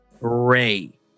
Ray